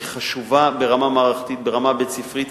היא חשובה ברמה מערכתית, ברמה בית-ספרית.